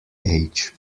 age